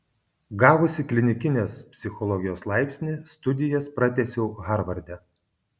gavusi klinikinės psichologijos laipsnį studijas pratęsiau harvarde